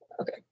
Okay